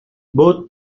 both